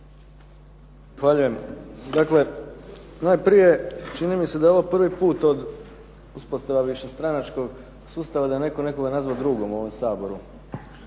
Dakle, najprije čini mi se da je ovo prvi put od uspostave višestranačkog sustava da je netko nekoga nazvao drugom u ovom Saboru.